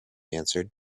answered